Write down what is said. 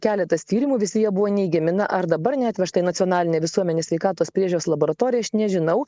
keletas tyrimų visi jie buvo neigiami na ar dabar neatvežta į nacionalinę visuomenės sveikatos priežiūros laboratoriją aš nežinau